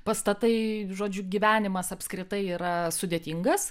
pastatai žodžiu gyvenimas apskritai yra sudėtingas